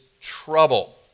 trouble